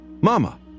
Mama